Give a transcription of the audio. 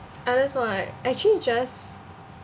others what actually just